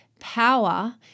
power